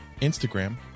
Instagram